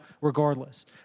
regardless